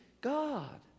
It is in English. God